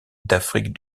d’afrique